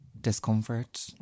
Discomfort